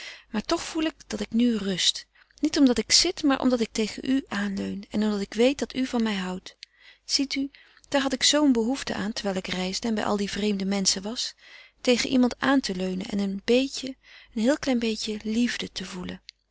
maar toch voel ik dat ik nu rust niet omdat ik zit maar omdat ik tegen u aanleun en omdat ik weet dat u van mij houdt ziet u daar had ik zoo een behoefte aan terwijl ik reisde en bij al die vreemde menschen was tegen iemand aan te leunen en een beetje een heel klein beetje liefde te voelen